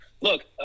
Look